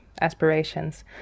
aspirations